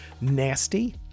nasty